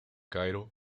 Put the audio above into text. cairo